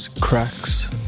Cracks